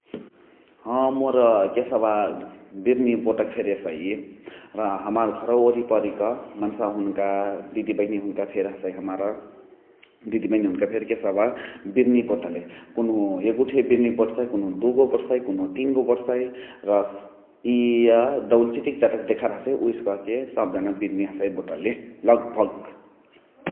ह मोर केशवा बिर्नी बोटके फेरी एसै । र हमार घरवा ओरिपरिका मन्सावा हुनुका दिदी बैने फेरी हसै । हमार दिदी बैने फेरी केशवा बिर्नी बोटले । कुनुहु एगुठे बिर्नी बोटसाइ कुनुहु दुगो बोटसाइ कुनुहु तीनगो बोटसाइ । इअ डौल चिटिक चटाक देखार हसै उहेसे कहके सब जना हसै बिर्नी बोटले लगभग ।